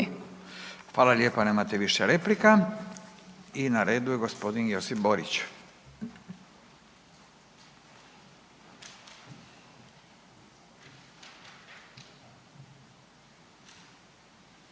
Hvala lijepa nemate više replika. I na redu je g. Josip Borić.